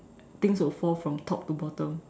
things will fall from top to bottom